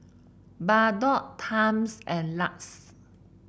Bardot Times and Lux